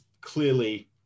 clearly